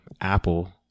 Apple